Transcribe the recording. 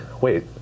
Wait